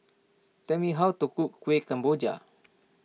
tell me how to cook Kueh Kemboja